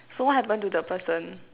so what happened to the person